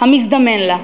המזדמן לה,